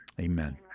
Amen